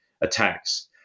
attacks